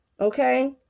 Okay